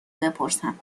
بپرسم